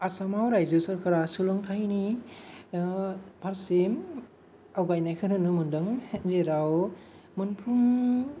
आसामाव रायजो सोरखारा सोलोंथायनि फारसे आवगायनायखौ नुनो मोनदों जेराव मोनफ्रोम